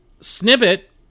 Snippet